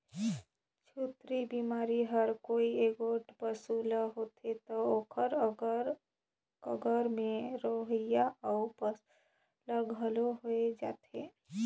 छूतही बेमारी हर कोई एगोट पसू ल होथे त ओखर अगर कगर में रहोइया अउ पसू मन ल घलो होय जाथे